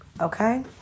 Okay